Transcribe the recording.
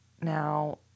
now